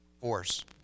force